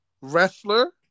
wrestler